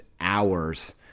hours